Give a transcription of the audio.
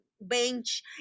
bench